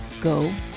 Go